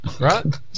right